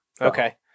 Okay